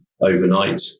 overnight